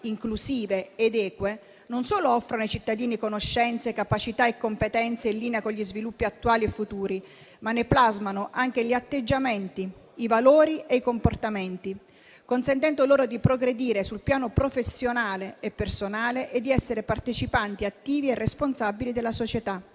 inclusive ed eque non solo offrano ai cittadini conoscenze, capacità e competenze in linea con gli sviluppi attuali e futuri, ma ne plasmino anche gli atteggiamenti, i valori e i comportamenti, consentendo loro di progredire sul piano professionale e personale e di essere partecipanti attivi e responsabili della società.